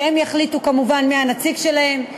שהם יחליטו כמובן מי הנציג שלהם,